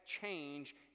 change